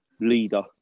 leader